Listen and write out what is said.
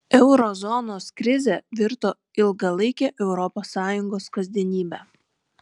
euro zonos krizė virto ilgalaike europos sąjungos kasdienybe